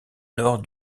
nord